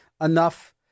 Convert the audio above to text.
enough